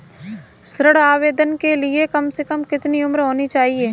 ऋण आवेदन के लिए कम से कम कितनी उम्र होनी चाहिए?